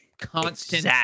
constant